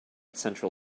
central